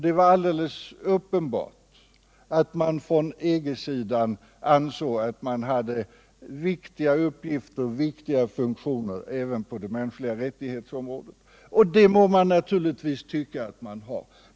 Det var alldeles uppenbart att man från EG-sidan ansåg att man hade viktiga funktioner även på de mänskliga rättigheternas område, och det må man naturligtvis tycka att man har.